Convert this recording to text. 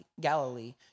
Galilee